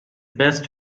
best